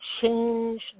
change